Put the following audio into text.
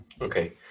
Okay